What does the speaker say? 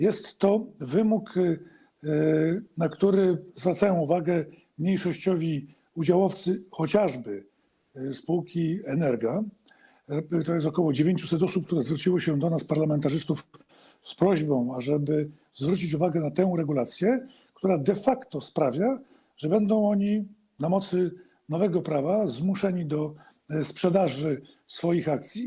Jest to wymóg, na który zwracają uwagę mniejszościowi udziałowcy, chociażby spółki Energa, to jest ok. 900 osób, które zwróciły się do nas, parlamentarzystów, z prośbą, ażeby zwrócić uwagę na tę regulację, która de facto sprawia, że będą oni na mocy nowego prawa zmuszeni do sprzedaży swoich akcji.